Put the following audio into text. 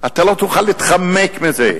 לא תוכל להתחמק מזה,